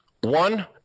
One